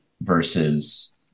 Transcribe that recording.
versus